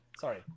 Sorry